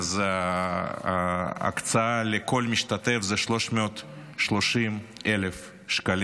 ההקצאה לכל משתתף היא 330,000 שקלים.